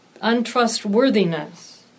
untrustworthiness